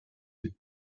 yeux